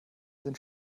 sind